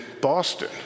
Boston